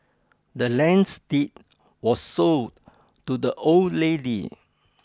the land's deed was sold to the old lady